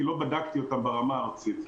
כי לא בדקתי אותם ברמה הארצית.